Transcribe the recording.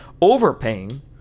overpaying